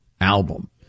Album